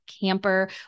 camper